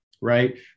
right